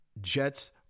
Jets